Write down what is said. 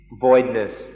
voidness